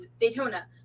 Daytona